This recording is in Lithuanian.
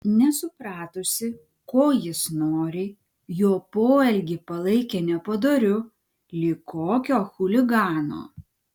nesupratusi ko jis nori jo poelgį palaikė nepadoriu lyg kokio chuligano